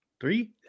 Three